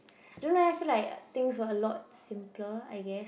don't leh feel like things were a lot simpler I guess